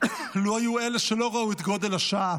לו אלה שלא ראו את גודל השעה